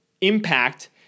impact